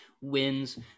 wins